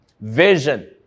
Vision